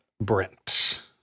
Brent